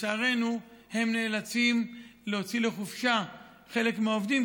לצערנו הם נאלצים להוציא לחופשה חלק מהעובדים.